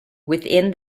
within